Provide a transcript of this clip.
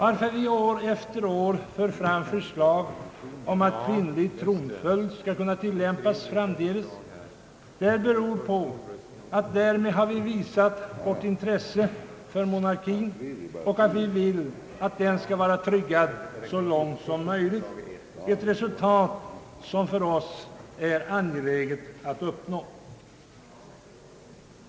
Att vi år efter år fört fram förslag om att kvinnlig tronföljd bör kunna tillämpas framdeles, beror på att vi därmed vill visa vårt intresse för mo narkin och att vi vill att den skall vara tryggad så långt som möjligt. Det är ett resultat som för oss är angeläget att uppnå.